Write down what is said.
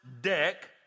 deck